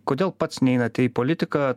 kodėl pats neinate į politiką